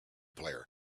player